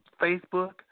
Facebook